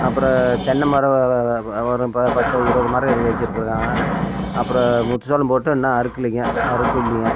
அப்புறோம் தென்னைமரம் ஒரு பத்து இருபது மரம் இரு வச்சுருக்குறேனுங்க அப்புறோம் முத்து சோளம் போட்டு இன்னும் அறுக்கல்லைங்க அறுப்பு இல்லைங்க